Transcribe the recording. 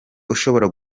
ushobora